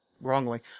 wrongly